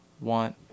want